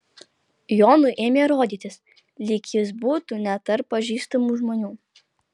jonui ėmė rodytis lyg jis būtų ne tarp pažįstamų žmonių